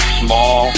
small